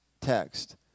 text